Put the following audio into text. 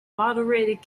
moderated